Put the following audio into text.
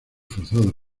forzados